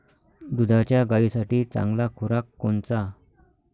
दुधाच्या गायीसाठी चांगला खुराक कोनचा?